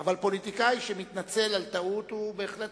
אבל פוליטיקאי שמתנצל על טעות הוא בהחלט